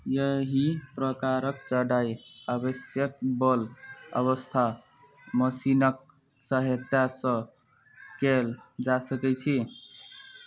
एहि प्रकारक चढ़ाइ आवश्यक बल अवस्था मशीनके सहायतासँ कयल जा सकय छी